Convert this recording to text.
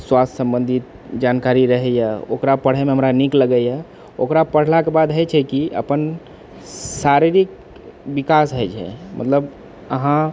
स्वास्थ्य सम्बन्धित जानकारी रहै यऽ ओकरा पढ़ैमे हमरा नीक लगै यऽ ओकरा पढ़लाक बाद हय छै कि अपन शारीरिक विकास हय छै मतलब अहाँ